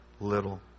little